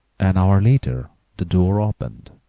an hour later the door opened,